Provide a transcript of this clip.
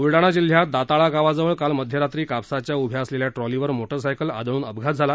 ब्लडाणा जिल्ह्यात दाताळा गावाजवळ काल मध्यरात्री कापसाच्या उभ्या असलेल्या ट्रॉलीवर मोटरसायकल आदळून अपघात झाला